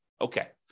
Okay